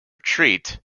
retreat